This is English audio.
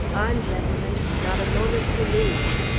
on, gentlemen! not a moment to lose!